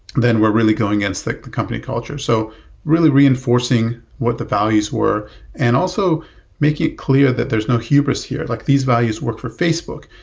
then we're really going against the the company culture. so really reinforcing what the values were and also make it clear that there is no hubris here, like these values work for facebook.